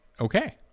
Okay